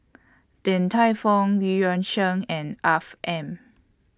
Din Tai Fung EU Yan Sang and Afiq M